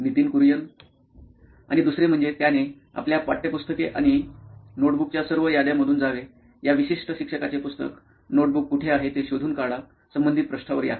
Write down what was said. Nitin Kurian COO nine electronics आणि दुसरे म्हणजे त्याने आपल्या पाठ्यपुस्तके आणि नोटबुकच्या सर्व याद्यांमधून जावे या विशिष्ट शिक्षकाचे पुस्तक नोटबुक कुठे आहे ते शोधून काढा संबंधित पृष्ठावर या